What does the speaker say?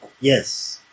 yes